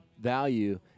value